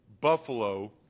Buffalo